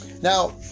Now